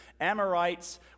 Amorites